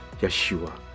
yeshua